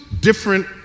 different